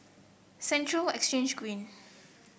Central Exchange Green